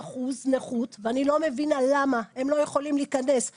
אני רוצה שתמשיכי וברצף.